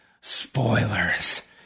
spoilers